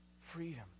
freedom